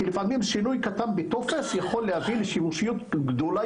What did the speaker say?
כי לפעמים שינוי קטן בטופס יכול להוביל לשימושיות גדולה